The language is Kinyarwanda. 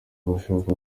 abashaka